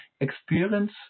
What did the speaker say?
experience